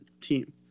team